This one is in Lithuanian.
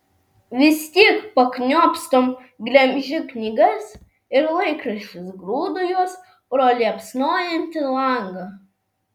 vis tiek pakniopstom glemžiu knygas ir laikraščius grūdu juos pro liepsnojantį langą